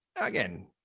Again